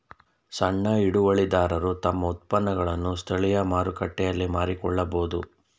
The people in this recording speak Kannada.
ಸಣ್ಣ ಹಿಡುವಳಿದಾರರು ತಮ್ಮ ಉತ್ಪನ್ನಗಳನ್ನು ಸ್ಥಳೀಯ ಮಾರುಕಟ್ಟೆಯಲ್ಲಿಯೇ ಮಾರಿಕೊಳ್ಳಬೋದು